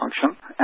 function